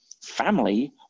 family